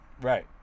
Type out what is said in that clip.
Right